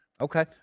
okay